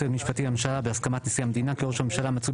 המשפטי לממשלה בהסכמת נשיא המדינה כי ראש הממשלה מצוי